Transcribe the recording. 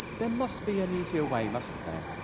there must be an easier way, mustn't there?